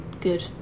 good